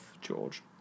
George